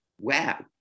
wow